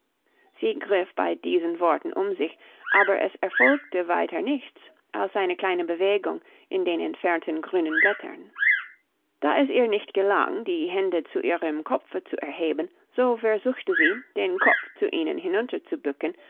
sie griff bei diesen worten um sich aber es erfolgte weiter nichts als eine kleine bewegung in den entfernten grünen blättern da es ihr nicht gelang die hände zu ihrem kopfe zu erheben so versuchte sie den kopf zu ihnen hinunter zu bücken